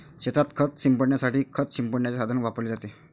शेतात खत शिंपडण्यासाठी खत शिंपडण्याचे साधन वापरले जाते